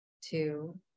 two